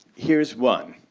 here's one.